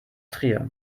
trier